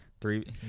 Three